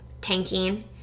tanking